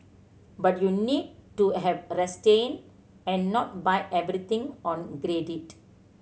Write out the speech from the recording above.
but you need to have a resting and not buy everything on credit